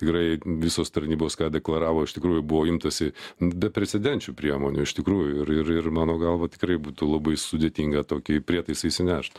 gerai visos tarnybos ką deklaravo iš tikrųjų buvo imtasi beprecedenčių priemonių iš tikrųjų ir ir ir mano galva tikrai būtų labai sudėtinga tokį prietaisą įsinešt